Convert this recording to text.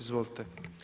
Izvolite.